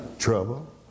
trouble